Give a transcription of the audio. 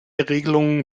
regelungen